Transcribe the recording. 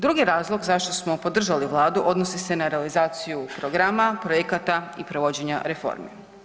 Drugi razlog zašto smo podržali Vladu odnosi se na realizaciju, programa, projekata i provođenja reformi.